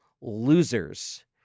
losers